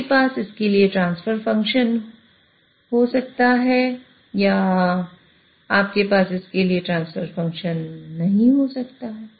आपके पास इसके लिए ट्रांसफर फ़ंक्शन हो दूसरे सकता है या आपके पास इसके लिए ट्रांसफर फ़ंक्शन नहीं हो सकता है